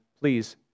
please